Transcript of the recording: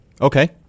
Okay